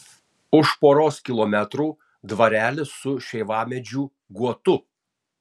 už poros kilometrų dvarelis su šeivamedžių guotu